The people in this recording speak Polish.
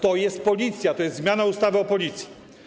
To jest Policja, to jest zmiana ustawy o Policji.